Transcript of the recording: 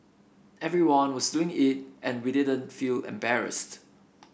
everyone was doing it and we didn't feel embarrassed